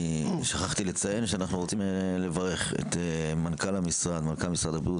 אנחנו רוצים לברך את מנכ"ל משרד הבריאות,